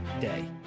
day